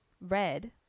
Red